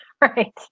Right